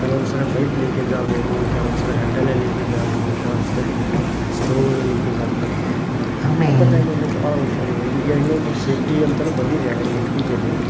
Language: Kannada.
ಕೆಲವೊಂದ್ಸಲ ಪೈಪ್ ಲೀಕೇಜ್ ಆಗ್ಬೋದು ಕೆಲವೊಂದ್ಸಲ ಹೆಡ್ಡಲ್ಲೇ ಲೀಕೇಜ್ ಆಗ್ಬೋದು ಕೆಲವೊಂದ್ಸಲ ಸ್ಟೌವಲ್ಲಿ ಲೀಕೇಜ್ ಆಗ್ತಾ ಇರುತ್ತೆ ಅಂತ ಟೈಮಲ್ಲಿ ಭಾಳ ಹುಷಾರಿರ್ಬೇಕು ಈಗ ಇನ್ನೊಂದು ಸೇಫ್ಟಿ ಅಂತಲೂ ಬಂದಿದೆ ಆ ಎಲ್ ಪಿ ಜಿಯಲ್ಲಿ